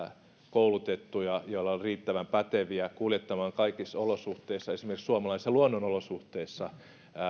koulutettuja ja riittävän päteviä kuljettamaan kaikissa olosuhteissa esimerkiksi suomalaisissa luonnonolosuhteissa